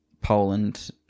Poland